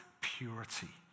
purity